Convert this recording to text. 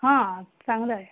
हां चांगलं आहे